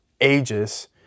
ages